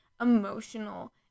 emotional